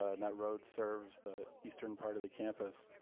ah that road serves the eastern part of the campus.